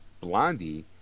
Blondie